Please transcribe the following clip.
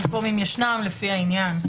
במקום "אם ישנם" יבוא "לפי העניין".